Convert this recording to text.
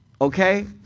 Okay